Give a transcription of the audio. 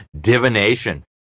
divination